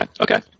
okay